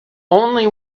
only